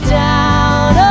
down